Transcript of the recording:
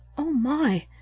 oh my!